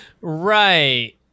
right